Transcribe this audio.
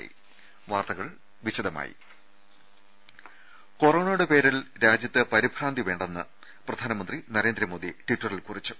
ള്ള ൽ കൊറോണയുടെ പേരിൽ രാജ്യത്ത് പരിഭ്രാന്തി വേണ്ടെന്ന് പ്രധാനമന്ത്രി നരേന്ദ്രമോദി ട്വിറ്ററിൽ കുറിച്ചു